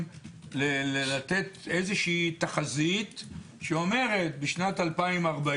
לתת איזושהי תחזית שאומרת: בשנת 2040